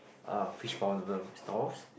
uh fishball noodle stalls